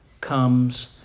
comes